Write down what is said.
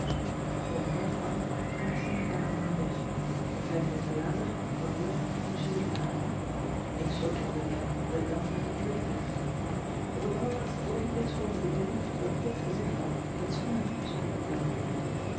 om half acht taxten pa en ma weg en vijf minuten later kwam jog om julie te halen ik zorg altijd wel dat ik dan uit de buurt blijf op t allerlaatste oogenblik schoot me te binnen dat kit gezegd had dat schoenen zoo goed betaald worden